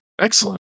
Excellent